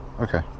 Okay